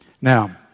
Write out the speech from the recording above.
Now